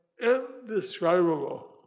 indescribable